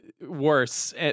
worse